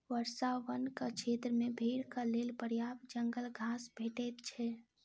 वर्षा वनक क्षेत्र मे भेड़क लेल पर्याप्त जंगल घास भेटैत छै